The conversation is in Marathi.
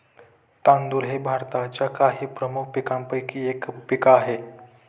तांदूळ हे भारताच्या काही प्रमुख पीकांपैकी एक पीक आहे